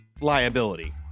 liability